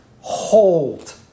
hold